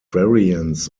variants